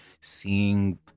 seeing